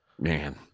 man